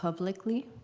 publicly,